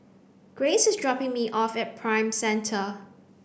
Grayce is dropping me off at Prime Centre